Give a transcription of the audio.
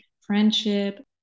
friendship